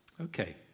Okay